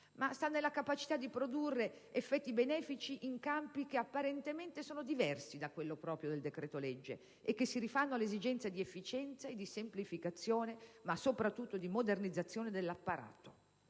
sta nella capacità di produrre effetti benefici in campi che apparentemente sono diversi da quello proprio del decreto-legge e che si rifanno all'esigenza di efficienza e di semplificazione, ma soprattutto di modernizzazione dell'apparato.